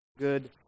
Good